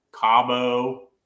Cabo